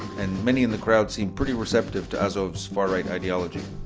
and many in the crowd seem pretty receptive to azov's far-right ideology.